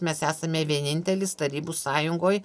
mes esame vienintelis tarybų sąjungoj